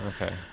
Okay